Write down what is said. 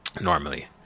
normally